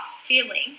feeling